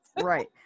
right